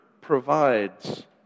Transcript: provides